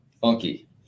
Funky